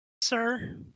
sir